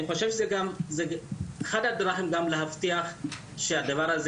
אני חושב שזה גם אחד הדרכים גם להבטיח שהדבר הזה